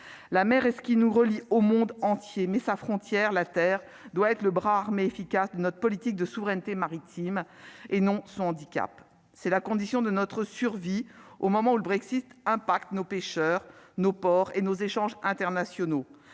la mer est ce qui nous relie au monde entier, mais sa frontière la terre doit être le bras armé efficace notre politique de souveraineté maritime et non son handicap, c'est la condition de notre survie au moment où le Brexit impacte nos pêcheurs, nos ports et nos échanges internationaux,